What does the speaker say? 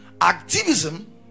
Activism